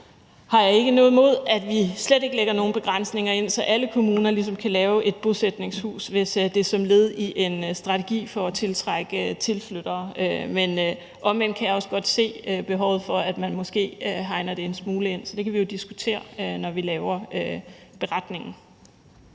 har jeg ikke noget imod, at vi slet ikke lægger nogen begrænsninger ind, så alle kommuner ligesom kan lave et bosætningshus, hvis det er som led i en strategi for at tiltrække tilflyttere. Men omvendt kan jeg også godt se behovet for, at man måske hegner det en smule ind. Så det kan vi jo diskutere, når vi laver beretningen.